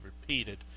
repeated